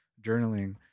journaling